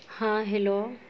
ہاں ہیلو